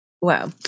Wow